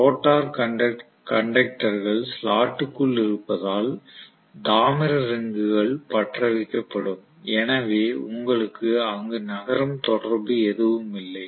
rotor கண்டக்டர்கள் ஸ்லாட்டுக்குள் இருந்தால் தாமிர ரிங்குகள் பற்றவைக்கப்படும் எனவே உங்களுக்கு அங்கு நகரும் தொடர்பு எதுவும் இல்லை